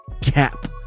cap